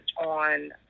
on